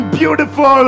beautiful